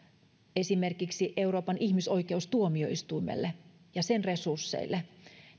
esimerkiksi euroopan ihmisoikeustuomioistuimelle ja sen resursseille